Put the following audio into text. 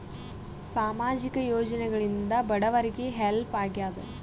ಸಾಮಾಜಿಕ ಯೋಜನೆಗಳಿಂದ ಬಡವರಿಗೆ ಹೆಲ್ಪ್ ಆಗ್ಯಾದ?